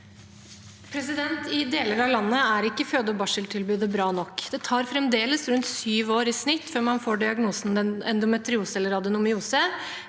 I deler av landet er ikke føde- og barseltilbudet bra nok. Det tar fremdeles rundt syv år i snitt før man får diagnosen endometriose eller adenomyose.